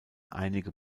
einige